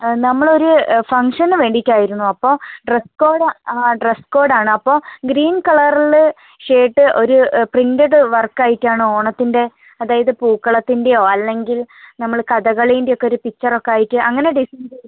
നമ്മൾ ഒരു ഫംഗ്ഷന് വേണ്ടിയിട്ട് ആയിരുന്നു അപ്പോൾ ഡ്രസ്സ് കോഡ് ആ ഡ്രസ്സ് കോഡ് ആണ് അപ്പം ഗ്രീൻ കളറിൽ ഷർട്ട് ഒരു പ്രിൻ്റഡ് വർക്ക് ആയിട്ട് ആണ് ഓണത്തിൻ്റെ അതായത് പൂക്കളത്തിൻ്റെയോ അല്ലെങ്കിൽ നമ്മൾ കഥകളീൻ്റ ഒക്കെ ഒരു പിക്ച്ചർ ഒക്കെ ആയിട്ട് അങ്ങനെ ഡിസൈൻ ചെയ്ത്